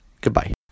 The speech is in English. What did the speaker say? goodbye